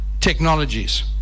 technologies